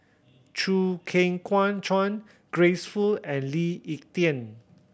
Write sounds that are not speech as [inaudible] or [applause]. Chew Kheng [unintelligible] Chuan Grace Fu and Lee Ek Tieng